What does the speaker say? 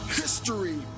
history